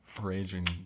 raging